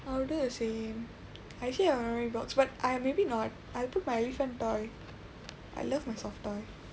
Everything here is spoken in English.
I'll do the same I actually have a memory box but !aiya! maybe not I'll put my elephant toy I love my soft toy